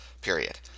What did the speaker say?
period